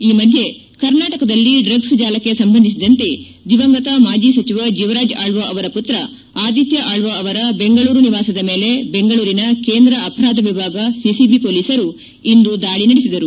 ಈ ಮಧ್ಯೆ ಕರ್ನಾಟಕದಲ್ಲಿ ಡ್ರಗ್ಲ್ ಜಾಲಕ್ಷ್ ಸಂಬಂಧಿಸಿದಂತೆ ದಿವಂಗತ ಮಾಜಿ ಸಚಿವ ಜೀವರಾಜ್ ಆಕ್ವ ಅವರ ಪುತ್ರ ಆದಿತ್ತ ಆಕ್ವ ಅವರ ಬೆಂಗಳೂರು ನಿವಾಸದ ಮೇಲೆ ಬೆಂಗಳೂರಿನ ಕೇಂದ್ರ ಅಪರಾಧ ವಿಭಾಗ ಸಿಸಿಐ ಹೊಲೀಸರು ಇಂದು ದಾಳ ನಡೆಸಿದರು